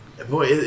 Boy